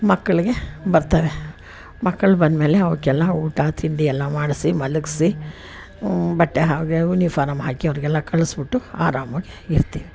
ಮಕ್ಕಳಿಗೆ ಬರ್ತಾವೆ ಮಕ್ಕಳು ಬಂದಮೇಲೆ ಅವುಕ್ಕೆಲ್ಲ ಊಟ ತಿಂಡಿ ಎಲ್ಲ ಮಾಡಿಸಿ ಮಲಗಿಸಿ ಬಟ್ಟೆ ಅವ್ರಿಗೆ ಯುನಿಫಾರ್ಮ್ ಹಾಕಿ ಅವರಿಗೆಲ್ಲ ಕಳಿಸ್ಬಿಟ್ಟು ಆರಾಮ್ವಾಗಿ ಇರ್ತೀನಿ